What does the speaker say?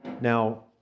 Now